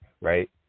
Right